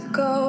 go